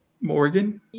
Morgan